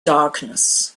darkness